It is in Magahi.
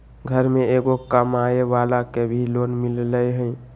घर में एगो कमानेवाला के भी लोन मिलहई?